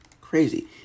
Crazy